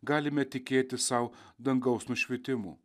galime tikėtis sau dangaus nušvitimų